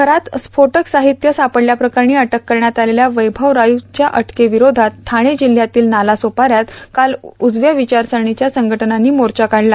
घरात स्फोटक साहित्य सापडल्याप्रकरणी अटक करण्यात आलेल्या वैभव राऊतच्या अटकेविरोधात ठाणे जिल्हयातील नालासोपाऱ्यात काल उजव्या विचारसरणीच्या संघटनांनी मोर्चा काढला